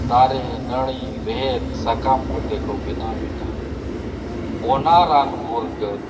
ᱫᱟᱨᱮ ᱱᱟᱹᱲᱤ ᱨᱮᱦᱮᱫ ᱥᱟᱠᱟᱢ ᱠᱚᱛᱮ ᱠᱚ ᱵᱮᱱᱟᱣᱮᱫᱟ ᱚᱱᱟ ᱨᱟᱱ ᱢᱩᱨᱜᱟᱹᱱ